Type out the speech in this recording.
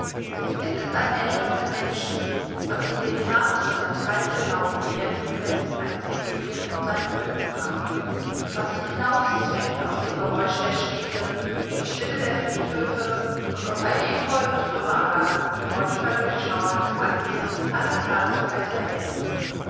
es ist ein etwas im menschen was ihn den herbst und das fallende laub mehr lieben läßt als den frühling und seine blütenpracht was ihn hinauszwingt aus dem geräusch der städte in die stille der friedhöfe und unter efeu und trümmerwerk ihn wonniger durchschauert als angesichts aller herrlichkeit der welt